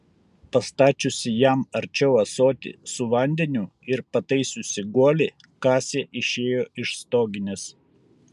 pastačiusi jam arčiau ąsotį su vandeniu ir pataisiusi guolį kasė išėjo iš stoginės